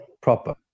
Proper